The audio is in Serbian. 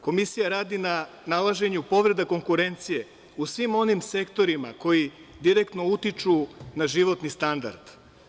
Komisija radi na nalaženju povreda konkurencije u svim onim sektorima koji direktno utiču na životni standard.